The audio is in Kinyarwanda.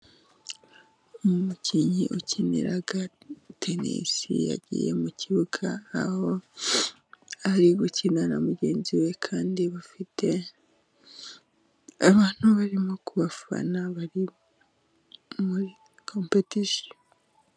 Umukinnyi ukina tennis yagiye mu kibuga, aho ari gukina na mugenzi we, kandi bafite abantu barimo kubafana bari muri kompetisheni.